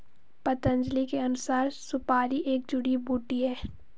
पतंजलि के अनुसार, सुपारी एक जड़ी बूटी है